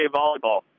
volleyball